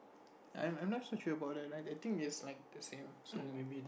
I I'm not so sure about that I think it's like the same so